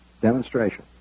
demonstration